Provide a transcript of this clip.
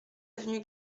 avenue